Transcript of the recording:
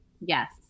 Yes